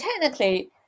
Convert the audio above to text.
technically